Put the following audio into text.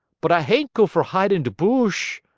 but i ain't go for hide in de bush!